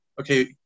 okay